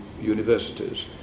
universities